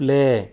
play